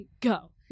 Go